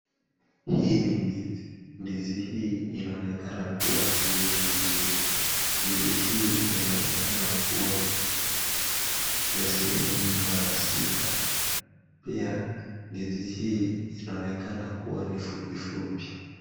Hii ni ndizi, ndizi hii inaoekana kuwa imeivaa vizuri, ndizi hii inaonekana kuwa ya sehemu mara sita, pia ndizi hii inaonekana kuwa ni fupi fupi.